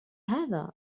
هذا